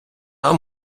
вам